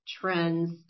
trends